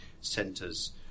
centres